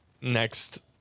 next